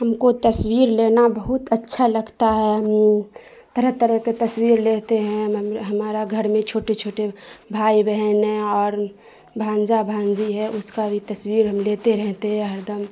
ہم کو تصویر لینا بہت اچھا لگتا ہے طرح طرح کے تصویر لیتے ہیں ہمارا گھر میں چھوٹے چھوٹے بھائی بہن ہیں اور بھانجا بھانجی ہیں اس کا بھی تصویر ہم لیتے رہتے ہیں ہر دم